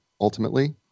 ultimately